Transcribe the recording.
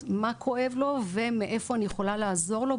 מה כואב לו ומאיפה אני יכולה לעזור לו,